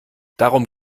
darum